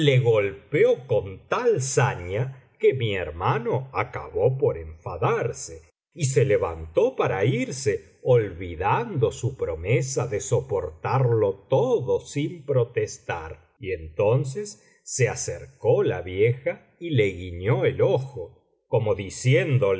golpeó con tal saña que mi hermano acabó por enfadarse y se levantó para irse olvidando su promesa de soportarlo todo sin protestar y entonces se acercó la vieja y le guiñó el ojo como diciéndole no